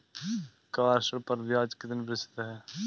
Car ऋण पर ब्याज कितने प्रतिशत है?